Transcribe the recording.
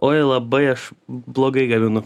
oi labai aš blogai gaminu